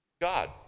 God